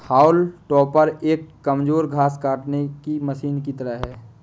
हाउल topper एक कमजोर घास काटने की मशीन की तरह है